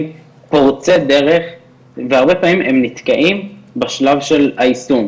פורצי דרך והרבה פעמים הם נתקעים בשלב היישום,